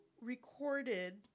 recorded